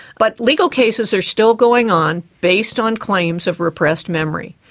but legal cases are still going on based on claims of repressed memory,